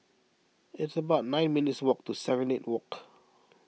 it's about nine minutes' walk to Serenade Walk